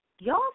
y'all